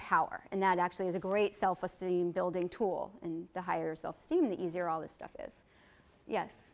power and that actually is a great self esteem building tool and the higher self esteem the easier all this stuff is yes